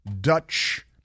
Dutch